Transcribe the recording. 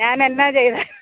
ഞാൻ എന്താ ചെയ്ത്